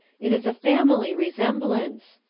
it is a family resemblance.